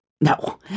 No